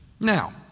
Now